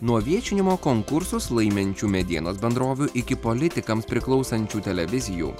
nuo viešinimo konkursus laiminčių medienos bendrovių iki politikams priklausančių televizijų